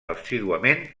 assíduament